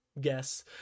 guess